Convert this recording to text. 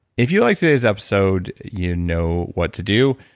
if you liked today's episode, you know what to do,